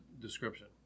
description